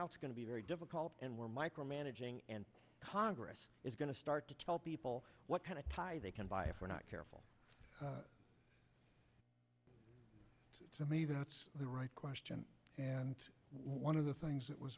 out is going to be very difficult and we're micromanaging and congress is going to start to tell people what kind of tie they can buy if we're not careful to me that's the right question and one of the things that was